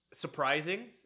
surprising